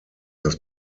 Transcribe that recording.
das